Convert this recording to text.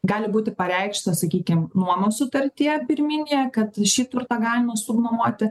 gali būti pareikštas sakykim nuomos sutartyje pirminėje kad šį turtą galima subnuomoti